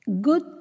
good